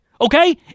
Okay